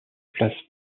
place